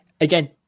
again